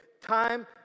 time